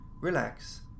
relax